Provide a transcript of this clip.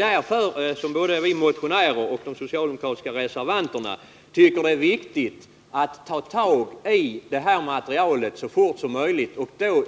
Därför tycker både vi motionärer och de socialdemokratiska reservanterna att det är viktigt att ta tag i detta material så fort som möjligt.